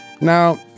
Now